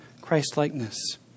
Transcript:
Christ-likeness